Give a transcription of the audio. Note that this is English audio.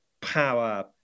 power